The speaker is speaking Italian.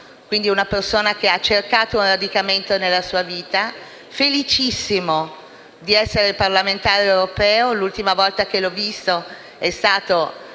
quindi una persona che ha cercato un radicamento nella sua vita, felicissimo di essere parlamentare europeo. L'ultima volta che l'ho visto è stata